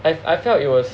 I I felt it was